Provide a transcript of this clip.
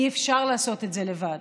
אי-אפשר לעשות את זה לבד,